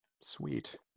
Sweet